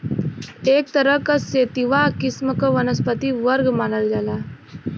एक तरह क सेतिवा किस्म क वनस्पति वर्ग मानल जाला